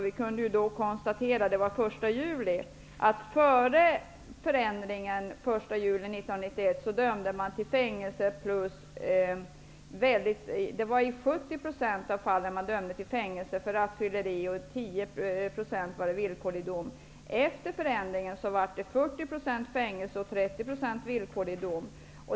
Vi kunde då konstatera att före förändringen dömde domstolarna i 70 % av fallen till fängelse för rattfylleri och i 10 % till villkorlig dom. Efter förändringen dömdes det i 40 % av fallen till fängelse och i 30 % till villkorlig dom.